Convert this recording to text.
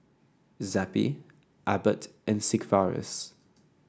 Zappy Abbott and Sigvaris